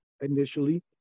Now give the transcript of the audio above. initially